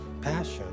passion